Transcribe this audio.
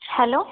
hello